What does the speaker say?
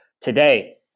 Today